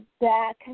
back